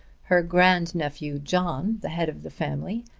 her grand-nephew john, the head of the family,